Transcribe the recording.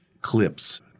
clips